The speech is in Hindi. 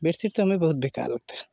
बेडशीट तो हमें बहुत बेकार लगता है